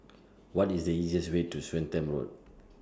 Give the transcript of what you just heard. What IS The easiest Way to Swettenham Road